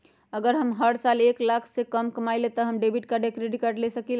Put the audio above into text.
अगर हम हर साल एक लाख से कम कमावईले त का हम डेबिट कार्ड या क्रेडिट कार्ड ले सकीला?